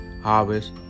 harvest